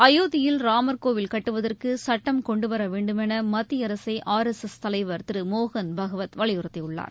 அயோத்தியில் ராமர்கோவில் கட்டுவதற்கு சட்டம் கொண்டுவர வேண்டுமென மத்திய அரசை ஆர் எஸ் எஸ் தலைவர் திரு மோகன் பாகவத் வலியுறத்தியுள்ளார்